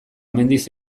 mendiz